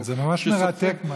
זה ממש מרתק,